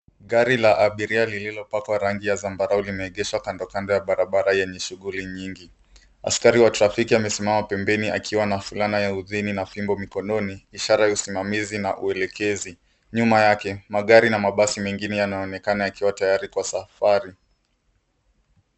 Gari la abiria lililopakwa rangi ya zambarau limeegeshwa kando kando ya barabara yenye shughuli nyingi. Askari wa trafiki amesimama pembeni akiwa na fulana ya uthini na fimbo mikononi, ishara ya usimamizi na uelekezi. Nyuma yake, magari na mabasi mengine yanaonekana yakiwa tayari kwa safari.